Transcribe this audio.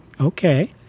Okay